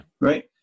Right